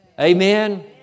Amen